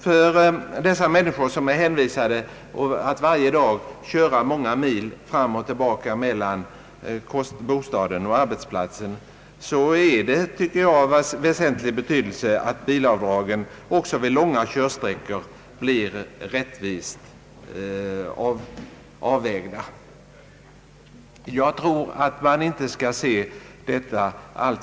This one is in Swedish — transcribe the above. För dessa människor som är hänvisade att varje dag köra många mil fram och tillbaka mellan bostaden och arbetsplatsen är det av väsentlig betydelse att bilavdragen också vid långa körsträckor blir rättvist avvägda.